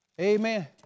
Amen